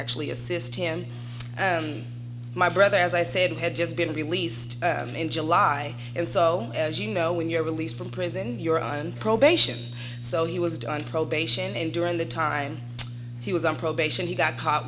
actually assist him my brother as i said had just been released in july and so as you know when you're released from prison you're on probation so he was done probation and during the time he was on probation he got caught